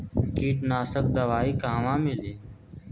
कीटनाशक दवाई कहवा मिली?